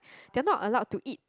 they are not allowed to eat